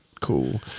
cool